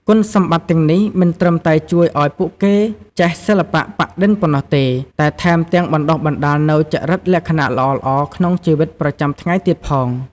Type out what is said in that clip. គុណសម្បត្តិទាំងនេះមិនត្រឹមតែជួយឱ្យពួកគេចេះសិល្បៈប៉ាក់-ឌិនប៉ុណ្ណោះទេ តែថែមទាំងបណ្ដុះបណ្ដាលនូវចរិតលក្ខណៈល្អៗក្នុងជីវិតប្រចាំថ្ងៃទៀតផង។